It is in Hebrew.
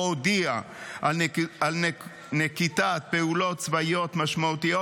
הודיעה על נקיטת פעולות צבאיות משמעותיות,